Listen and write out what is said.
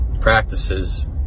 practices